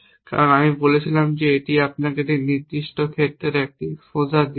কারণ আমি বলেছিলাম এটি আপনাকে এই নির্দিষ্ট ক্ষেত্রের একটি এক্সপোজার দিচ্ছে